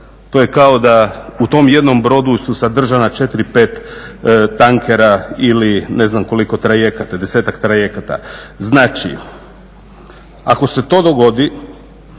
To je kao da u tom jednom brodu su sadržana 4, 5 tankera ili ne znam koliko trajekata, 10-ak trajekata. Znači, ako se to dogodi